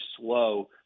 slow